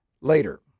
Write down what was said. later